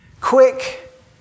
quick